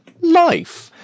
life